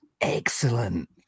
excellent